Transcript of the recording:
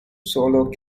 solo